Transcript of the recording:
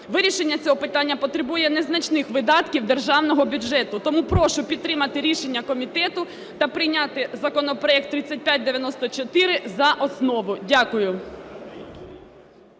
Вирішення цього питання потребує незначних видатків державного бюджету. Тому прошу підтримати рішення комітету та прийняти законопроект 3594 за основу. Дякую.